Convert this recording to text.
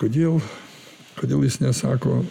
kodėl kodėl jis nesako